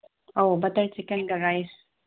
ꯑꯧ ꯕꯇꯔ ꯆꯤꯀꯦꯟꯒ ꯔꯥꯏꯁ